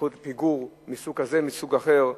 נכות פיגור מסוג כזה ומסוג אחר.